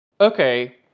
okay